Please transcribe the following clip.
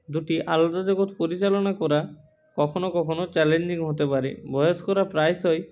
দুটি আলাদা জগৎ পরিচালনা করা কখনো কখনো চ্যালেঞ্জিং হতে পারে বয়স্করা প্রায়শই